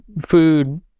food